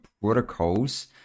protocols